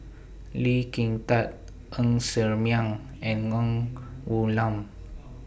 Lee Kin Tat Ng Ser Miang and Ng Woon Lam